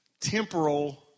temporal